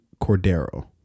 Cordero